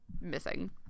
missing